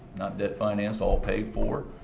not debt financed, all paid for.